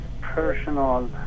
personal